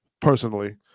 personally